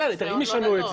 הם לא ישנו את זה.